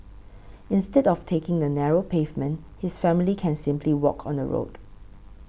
instead of taking the narrow pavement his family can simply walk on the road